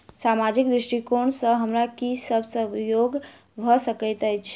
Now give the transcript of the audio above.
सामाजिक दृष्टिकोण सँ हमरा की सब सहयोग भऽ सकैत अछि?